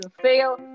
fail